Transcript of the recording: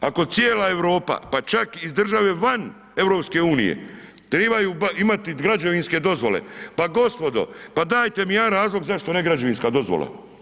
Ako cijela Europa pa čak iz države van EU-a trebaju imati građevinske dozvole, pa gospodo, pa dajte mi jedan razlog zašto ne građevinska dozvola.